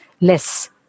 less